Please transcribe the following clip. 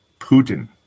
Putin